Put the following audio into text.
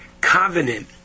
covenant